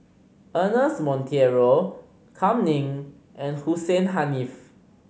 Ernest Monteiro Kam Ning and Hussein Haniff